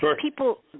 people